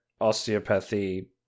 osteopathy